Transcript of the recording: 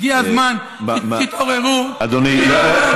הגיע הזמן, תתעוררו, מה, שלום.